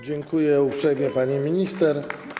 Dziękuję uprzejmie, pani minister.